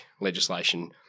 legislation